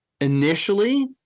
initially